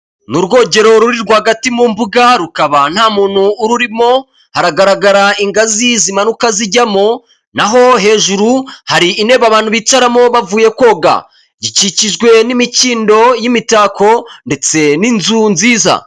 Ni urwogero ruri rwagati mu mbuga, rukaba nta muntu ururimo, haragaragara ingazi zimanuka zijyamo, naho hejuru, hari intebe abantu bicaramo bavuye koga. Gikikijwe n'imikindo y'imitako ndetse n'inzu nziza.